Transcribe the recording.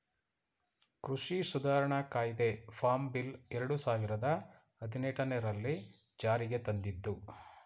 ಕೃಷಿ ಸುಧಾರಣಾ ಕಾಯ್ದೆ ಫಾರ್ಮ್ ಬಿಲ್ ಎರಡು ಸಾವಿರದ ಹದಿನೆಟನೆರಲ್ಲಿ ಜಾರಿಗೆ ತಂದಿದ್ದು